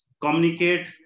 communicate